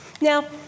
Now